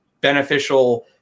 beneficial